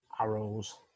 Arrows